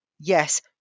yes